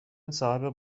صاحب